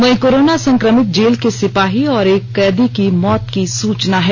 वहीं कोरोना संक्रमित जेल के सिपाही और एक कैदी की मौत की सूचना है